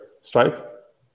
Stripe